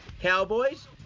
Cowboys